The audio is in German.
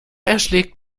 erschlägt